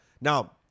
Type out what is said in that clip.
Now